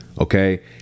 okay